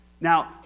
Now